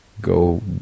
go